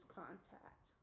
contact